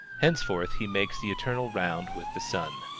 henceforth he makes the eternal round with the sun.